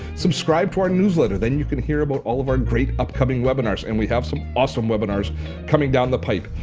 subscribe to our newsletter. then you can hear about all of our great upcoming webinars and we have some awesome webinars coming down the pipe.